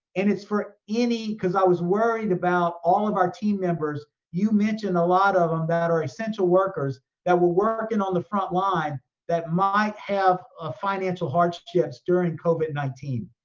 and it's for any, cause i was worried about all of our team members, you mentioned a lot of them um that are essential workers that were working on the frontline that might have ah financial hardships during covid nineteen.